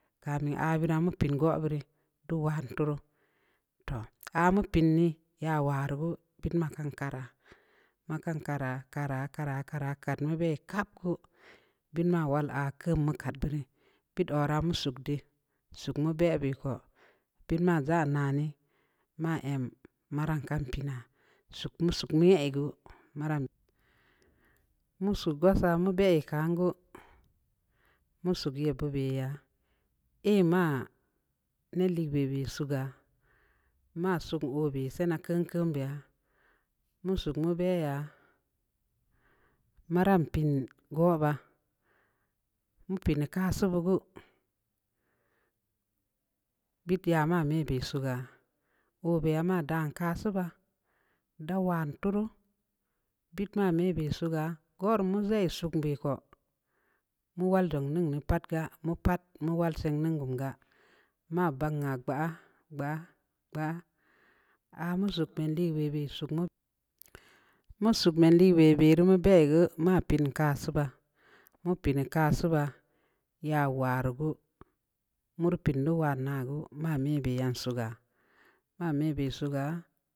Ma mə abə na mu pəən go aburə tu wan turu toh amun pəən nii ya waru gue pəən ma kankara ma kankara-kara-kara-kara kat mu bə katku bəən ma wala'a kummu kat bərə piit ora ma suk də suk mu bə be goo bəən ma ndza na nii ma em maram kam pəəna suk-suknii jə gue maram mu suk masa'a bə kən gue mu suk bəa bəa ya ii ma nə lii bəbə suga ma suk obə sa'anya kəan-kəan bia mu suk nu bə yo maram pəən go bah ən pən ka subugue bə pən məya bə suuga wu bə ma dann ka suga da wan turu bət ma mə bə suga goromə bə subbə ku mu wal duung nən nən pat ga mu pat mu wal say nun bunga ma gbang a gba-gba-gba amu supə də bəbə suk mu mu suk mə də bəbə remu bə gue ma pəən ka səiba mu pəəni ika suba ya warugue mur pəən duwa nague ma bə nə yan suuga ma mə bə suga.